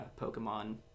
Pokemon